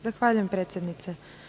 Zahvaljujem, predsednice.